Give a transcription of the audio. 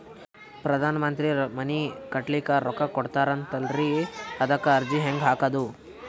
ಪ್ರಧಾನ ಮಂತ್ರಿ ಮನಿ ಕಟ್ಲಿಕ ರೊಕ್ಕ ಕೊಟತಾರಂತಲ್ರಿ, ಅದಕ ಅರ್ಜಿ ಹೆಂಗ ಹಾಕದು?